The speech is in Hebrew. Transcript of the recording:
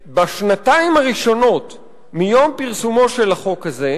שבשנתיים הראשונות מיום פרסומו של החוק הזה,